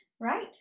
Right